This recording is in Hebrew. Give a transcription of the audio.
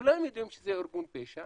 כולם יודעים שזה ארגון פשע,